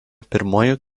pirmuoju